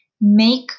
make